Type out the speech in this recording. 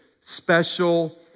special